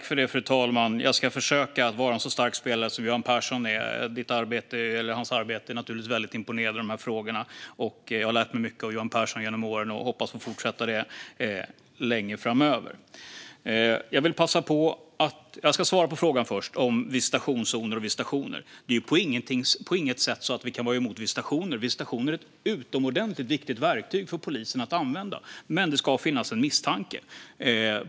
Fru talman! Jag ska försöka vara en så stark spelare som Johan Pehrson är. Hans arbete i de här frågorna är naturligtvis väldigt imponerande. Jag har lärt mig mycket av Johan Pehrson genom åren och hoppas få fortsätta göra det länge framöver. Jag ska svara på frågan om visitationszoner och visitationer. Det är på inget sätt så att vi kan vara emot visitationer. Visitationer är ett utomordentligt viktigt verktyg för polisen att använda, men det ska finnas en misstanke.